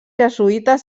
jesuïtes